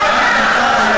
למה לדחות?